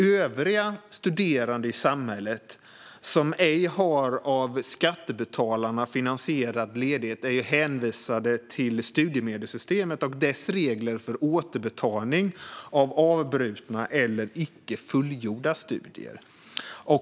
Övriga studerande i samhället, som ej har av skattebetalarna finansierad ledighet, är hänvisade till studiemedelssystemet och dess regler för återbetalning vid avbrutna eller icke fullgjorda studier.